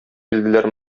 килделәр